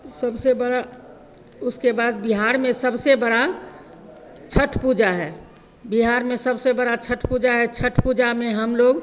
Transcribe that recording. सबसे बड़ा उसके बाद बिहार में सबसे बड़ी छठ पूजा है बिहार में सबसे बड़ी छठ पूजा है छठ पूजा में हमलोग